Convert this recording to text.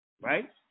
right